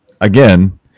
Again